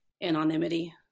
Anonymity